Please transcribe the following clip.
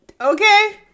okay